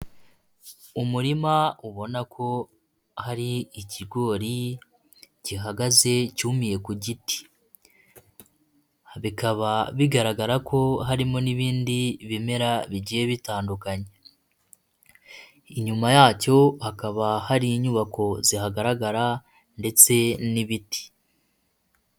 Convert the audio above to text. umurima ubona ko hari ikigori, gihagaze cyumiye kugiti, bikaba bigaragara ko hari ibindi bimera, inyuma yacyo hakaba hari inyubako zihagaragara ndetse n'ibiti.